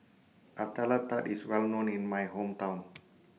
Nutella Tart IS Well known in My Hometown